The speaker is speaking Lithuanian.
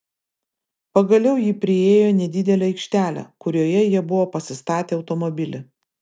pagaliau ji priėjo nedidelę aikštelę kurioje jie buvo pasistatę automobilį